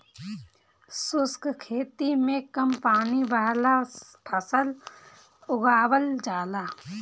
शुष्क खेती में कम पानी वाला फसल उगावल जाला